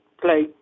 play